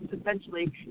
essentially